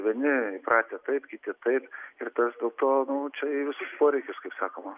vieni įpratę taip kiti taip ir tas dėl to nu čia į visus poreikis kaip sakoma